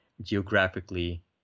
geographically